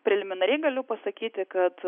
preliminariai galiu pasakyti kad